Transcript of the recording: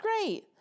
great